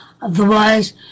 Otherwise